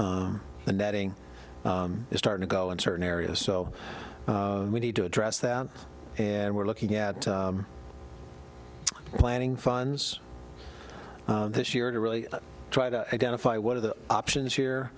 netting is starting to go in certain areas so we need to address that and we're looking at planning funds this year to really try to identify what are the options here